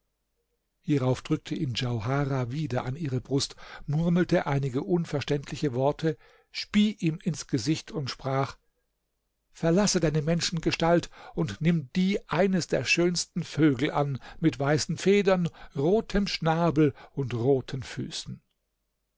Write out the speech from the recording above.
hierauf drückte ihn djauharah wieder an ihre brust murmelte einige unverständliche worte spie ihm ins gesicht und sprach verlasse deine menschengestalt und nimm die eines der schönsten vögel an mit weißen federn rotem schnabel und roten füßen